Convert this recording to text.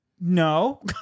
no